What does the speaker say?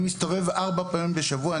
אני מסתובב ארבע פעמים בשבוע,